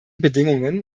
bedingungen